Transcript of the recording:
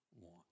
want